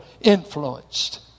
influenced